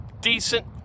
decent